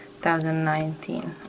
2019